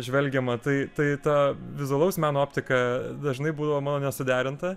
žvelgiama tai tai ta vizualaus meno optika dažnai būdavo mano nesuderinta